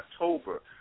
October